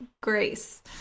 grace